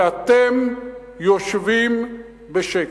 ואתם יושבים בשקט.